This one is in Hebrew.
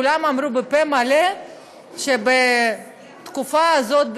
כולם אמרו בפה מלא שבתקופה הזאת,